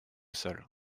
seul